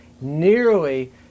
nearly